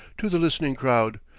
to the listening crowd,